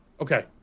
Okay